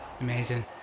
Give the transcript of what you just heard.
amazing